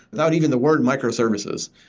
without even the word microservices.